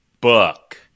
book